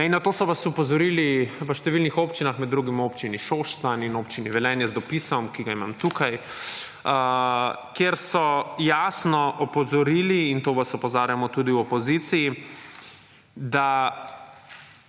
Na to so vas opozorili v številnih občinah, med drugim v občini Šoštanj in občini Velenje z dopisom, ki ga imam tukaj, kjer so jasno opozorili in to vas opozarjamo tudi v opoziciji, da